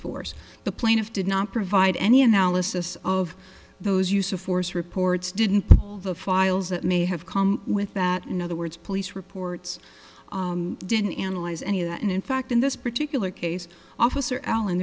force the plaintiff did not provide any analysis of those use of force reports didn't the files that may have come with that in other words police reports didn't analyze any of that and in fact in this particular case officer al